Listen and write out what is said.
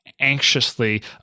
anxiously